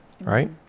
right